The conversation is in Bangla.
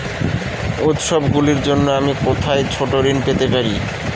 উত্সবগুলির জন্য আমি কোথায় ছোট ঋণ পেতে পারি?